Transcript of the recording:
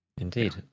Indeed